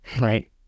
Right